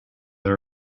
they